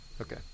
Okay